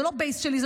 זה לא הבייס שלי,